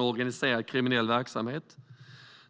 organiserad kriminell verksamhet.